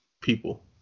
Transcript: People